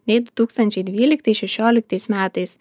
nei du tūkstančiai dvyliktais šešioliktais metais